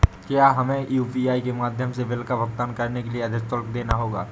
क्या हमें यू.पी.आई के माध्यम से बिल का भुगतान करने के लिए अधिक शुल्क देना होगा?